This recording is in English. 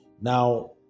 Now